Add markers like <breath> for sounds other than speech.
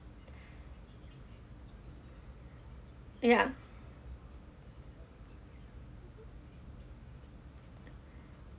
<breath> yeah <breath>